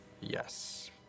Yes